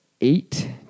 eight